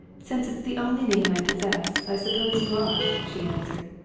since it's the only name i possess, i suppose you are, she answered.